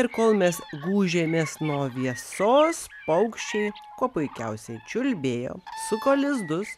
ir kol mes gūžėmės nuo viesos paukščiai kuo puikiausiai čiulbėjo suko lizdus